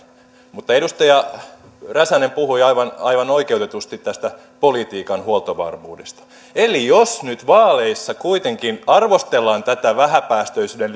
mutta edustaja räsänen puhui aivan aivan oikeutetusti tästä politiikan huoltovarmuudesta eli jos nyt vaaleissa kuitenkin arvostellaan tätä vähäpäästöisyyden